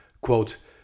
Quote